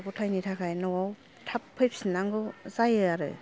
गथ' गथाइनि थाखाय न'आव थाब फैफिननांगौ जायो आरो